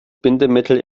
bindemittel